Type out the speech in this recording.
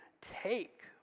take